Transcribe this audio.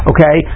Okay